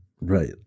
Right